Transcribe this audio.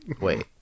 Wait